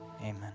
Amen